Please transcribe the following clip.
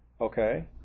Okay